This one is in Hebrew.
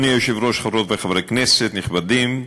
אדוני היושב-ראש, חברות וחברי כנסת נכבדים,